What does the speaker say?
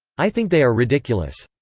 i think they are ridiculous.